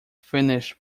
finished